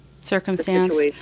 circumstance